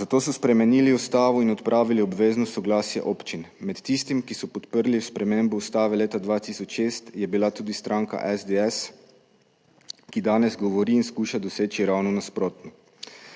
zato so spremenili Ustavo in odpravili obvezno soglasje občin. Med tistimi, ki so podprli spremembo ustave leta 2006, je bila tudi stranka SDS, ki danes govori in skuša doseči ravno nasprotno.